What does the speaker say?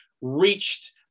reached